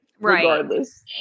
regardless